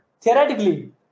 Theoretically